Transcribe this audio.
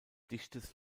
dichtes